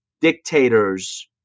dictators